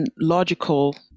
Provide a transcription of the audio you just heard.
logical